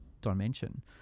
dimension